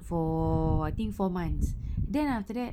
for I think four months then after that